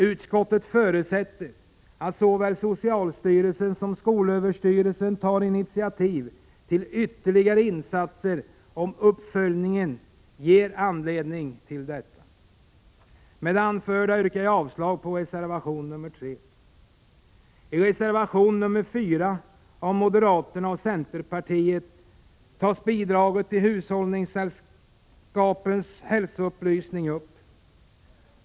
Utskottet förutsätter att både socialstyrelsen och skolöverstyrelsen tar initiativ till ytterligare insatser, om uppföljningen ger anledning till detta. Med det anförda yrkar jag avslag på reservation nr 3. I reservation nr 4 av moderata samlingspartiet och centerpartiet tas bidrag till hushållningssällskapens hälsoupplysning upp.